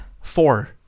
Four